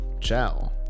Ciao